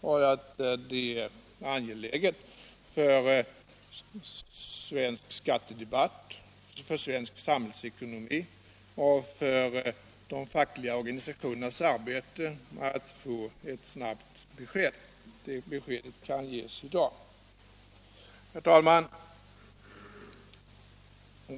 Och det är angeläget för svensk skattedebatt, för svensk samhällsekonomi och för de fackliga organisationernas arbete att få ett snabbt besked. Det beskedet kan ges i dag. Herr talman!